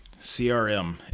CRM